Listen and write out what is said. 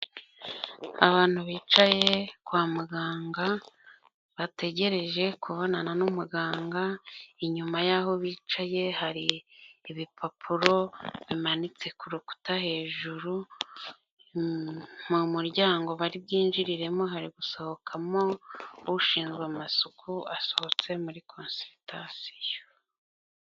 Abantu bicaye kwa muganga bategereje kubonana n'umuganga, inyuma yaho bicaye hari ibipapuro bimanitse ku rukuta hejuru, mu muryango bari byinjiriremo hari gusohokamo ushinzwe amasuku asohotse muri konsiritasiyo.